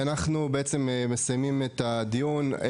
אנחנו מסיימים את הדיון.